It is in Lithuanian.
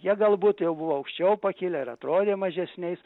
jie galbūt jau buvo aukščiau pakilę ir atrodė mažesniais